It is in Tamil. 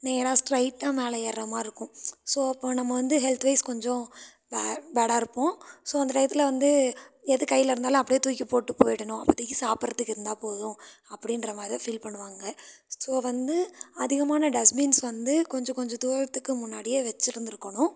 நேராக ஸ்ட்ரைட்டாக மேலே ஏர்றமாதிரி இருக்கும் ஸோ அப்போது நம்ம வந்து ஹெல்த் வைஸ் கொஞ்சம் பே பேடாக இருப்போம் ஸோ அந்த டயத்தில் வந்து எது கையில இருந்தாலும் அப்படியே தூக்கி போட்டு போய்விடணும் அப்போதைக்கு சாப்பிடுறதுக்கு இருந்தால் போதும் அப்படின்றமாரி தான் ஃபீல் பண்ணுவாங்கள் ஸோ வந்து அதிகமான டஸ்பின்ஸ் வந்து கொஞ்ச கொஞ்ச தூரத்துக்கு முன்னாடியே வச்சிருந்துருக்கணும்